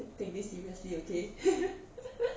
take this seriously okay